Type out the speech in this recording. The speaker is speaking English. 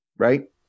right